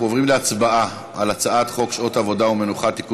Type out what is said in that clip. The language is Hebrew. אנחנו עוברים להצבעה על הצעת חוק שעות עבודה ומנוחה (תיקון